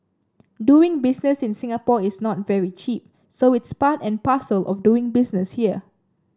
doing business in Singapore is not very cheap so it's part and parcel of doing business here